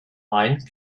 hein